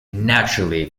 naturally